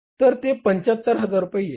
तर ते 75000 रुपये आहे